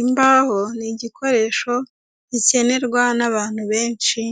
Imbaho ni igikoresho gikenerwa n'abantu benshi,